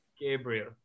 Gabriel